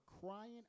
crying